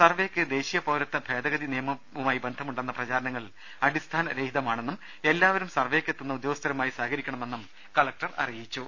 സർവേക്ക് ദേശീയ പൌരത്വ ഭേദഗതി നിയമവുമായി ബന്ധമുണ്ടെന്ന പ്രചരണങ്ങൾ അടിസ്ഥാനരഹിതമാണെന്നും എല്ലാവരും സർവ്വേക്ക് എത്തുന്ന ഉദ്യോഗസ്ഥരുമായി സഹകരിക്കണമെന്നും കലക്ടർ അറിയിച്ചു